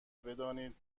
بدانید